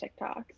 tiktoks